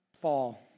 fall